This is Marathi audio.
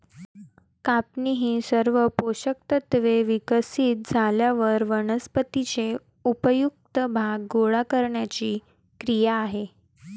कापणी ही सर्व पोषक तत्त्वे विकसित झाल्यावर वनस्पतीचे उपयुक्त भाग गोळा करण्याची क्रिया आहे